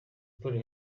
polly